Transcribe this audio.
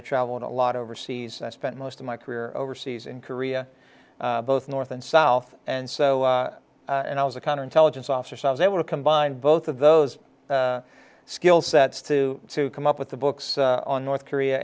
i traveled a lot overseas and spent most of my career overseas in korea both north and south and so and i was a counter intelligence officer so i was able to combine both of those skill sets to come up with the books on north korea